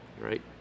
Right